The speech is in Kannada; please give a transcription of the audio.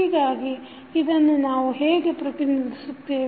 ಹೀಗಾಗಿ ಇದನ್ನು ನಾವು ಹೇಗೆ ಪ್ರತಿನಿಧಿಸುತ್ತೇವೆ